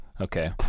okay